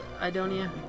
Idonia